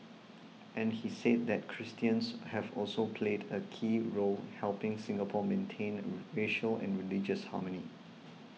and he said that Christians have also played a key role helping Singapore maintain racial and religious harmony